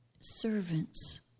servants